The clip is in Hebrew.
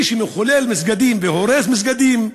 מי שמחלל מסגדים והורס מסגדים,